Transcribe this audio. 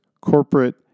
corporate